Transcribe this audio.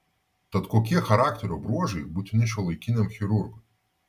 tad kokie charakterio bruožai būtini šiuolaikiniam chirurgui